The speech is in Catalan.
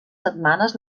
setmanes